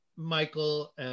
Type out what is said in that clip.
Michael